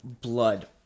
blood